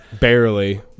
barely